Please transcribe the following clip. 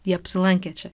jie apsilankė čia